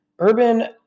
Urban